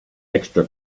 extra